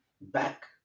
back